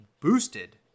boosted